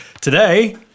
today